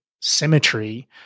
symmetry